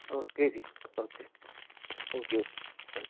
okay ਜੀ okay okay